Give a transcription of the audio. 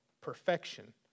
perfection